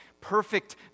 perfect